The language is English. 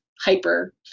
hyper